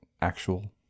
actual